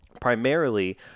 primarily